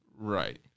Right